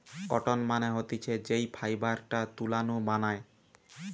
cotton মানে হতিছে যেই ফাইবারটা তুলা নু বানায়